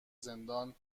زندان